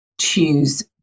choose